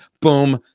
Boom